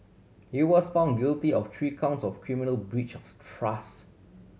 he was found guilty of three counts of criminal breach of trust